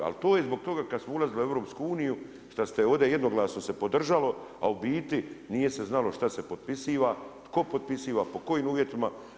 Ali to je zbog toga kad smo ulazili u EU šta se ovdje jednoglasno podržalo a u biti nije se znalo šta se potpisiva, tko potpisiva, pod kojim uvjetima.